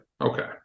okay